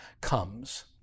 comes